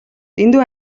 дэндүү